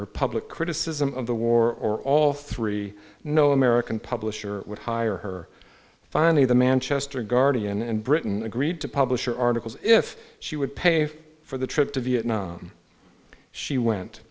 her public criticism of the war or all three no american publisher would hire her finally the manchester guardian and britain agreed to publish her articles if she would pay for the trip to vietnam she went